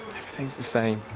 everything's the same!